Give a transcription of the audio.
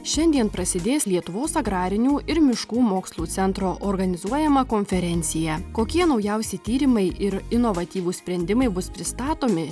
šiandien prasidės lietuvos agrarinių ir miškų mokslų centro organizuojama konferencija kokie naujausi tyrimai ir inovatyvūs sprendimai bus pristatomi